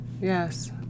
yes